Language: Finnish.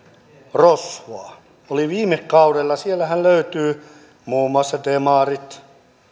rosvoa oli viime kaudella niin sieltähän löytyvät muun muassa demarit